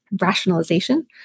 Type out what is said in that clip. rationalization